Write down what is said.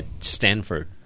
Stanford